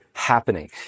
Happening